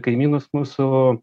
kaimynus mūsų